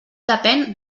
depén